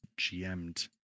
GM'd